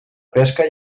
pesca